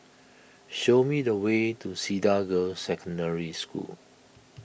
show me the way to Cedar Girls' Secondary School